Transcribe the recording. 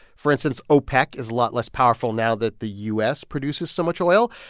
for instance, opec is a lot less powerful now that the u s. produces so much oil.